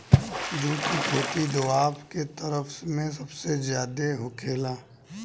जुट के खेती दोवाब के तरफ में सबसे ज्यादे होखेला